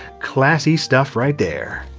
classy stuff right there.